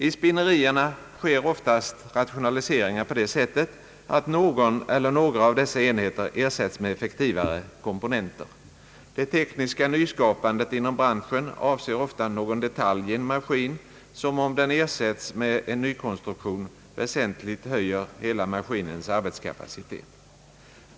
I spinnerierna sker oftast rationaliseringar på det sättet att någon eller några av dessa enheter ersätts med effektivare komponenter. Det tekniska nyskapandet inom branschen avser ofta någon detalj i en maskin, som om den ersätts med en nykonstruktion väsentligt höjer hela maskinens arbetskapacitet.